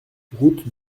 route